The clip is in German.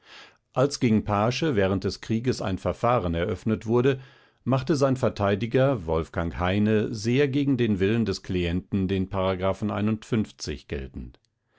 als gegen paasche während des krieges ein verfahren eröffnet wurde machte sein verteidiger wolfgang heine sehr gegen den willen des klienten den geltend